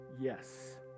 Yes